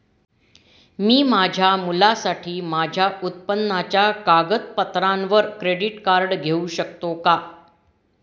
मी माझ्या मुलासाठी माझ्या उत्पन्नाच्या कागदपत्रांवर क्रेडिट कार्ड घेऊ शकतो का?